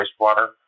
wastewater